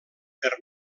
per